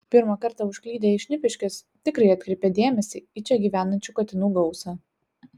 pirmą kartą užklydę į šnipiškes tikrai atkreipia dėmesį į čia gyvenančių katinų gausą